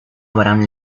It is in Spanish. abraham